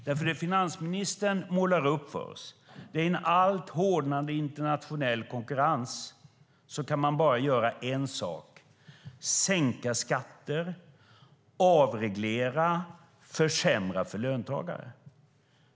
Det finansministern målar upp för oss är att man i en alltmer hårdnande internationell konkurrens kan göra bara en sak: sänka skatter, avreglera, försämra för löntagare.